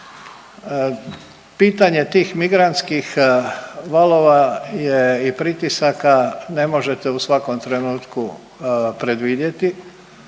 pitanje tih migrantskih valova je, i pritisaka, ne možete u svakom trenutku predvidjeti,